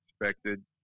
expected